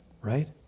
right